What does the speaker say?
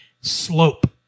Slope